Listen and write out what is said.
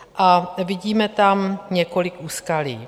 A vidíme tam několik úskalí.